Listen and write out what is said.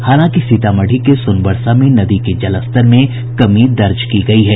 हालांकि सीतामढ़ी के सोनबरसा में नदी के जलस्तर में कमी दर्ज की गयी है